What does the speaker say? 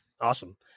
Awesome